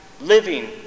living